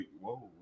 whoa